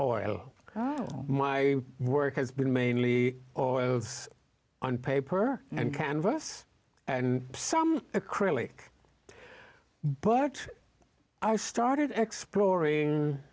or oh my work has been mainly or on paper and canvas and some acrylic but i started exploring